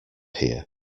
here